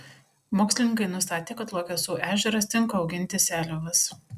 mokslininkai nustatė kad luokesų ežeras tinka auginti seliavas